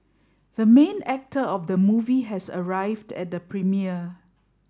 the main actor of the movie has arrived at the premiere